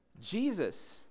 Jesus